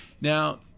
Now